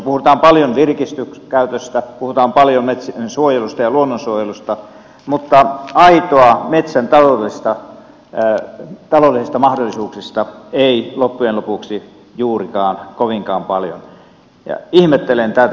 puhutaan paljon virkistyskäytöstä puhutaan paljon metsien suojelusta ja luonnonsuojelusta mutta aidoista metsän taloudellisista mahdollisuuksista ei loppujen lopuksi juurikaan kovinkaan paljon ja ihmettelen tätä